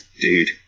Dude